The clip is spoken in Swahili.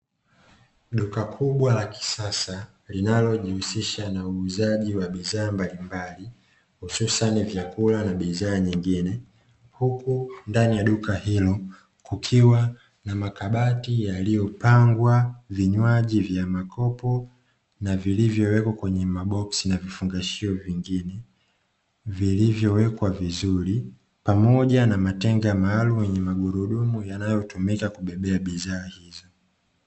Duka kubwa la kisasa linalojihusisha na uuzaji wa bidhaa mbalimbali hususan vyakula na bidhaa nyingine. Huku ndani ya duka hilo kukiwa na makabati yaliyopangwa vinywaji vya makopo na vilivyowekwa kwenye maboksi na vifungashio vingine; vilivyowekwa vizuri. Pamoja na matenga maalumu yenye magurudumu yanayotumika kubebea bidhaa hizo.